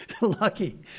lucky